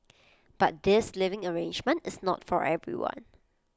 but this living arrangement is not for everyone